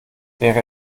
wäre